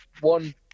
one